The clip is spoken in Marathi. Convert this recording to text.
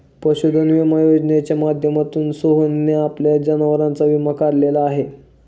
पशुधन विमा योजनेच्या माध्यमातून सोहनने आपल्या जनावरांचा विमा काढलेला आहे